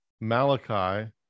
Malachi